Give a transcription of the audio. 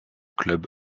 club